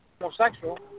homosexual